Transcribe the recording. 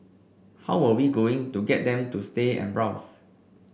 how were we going to get them to stay and browse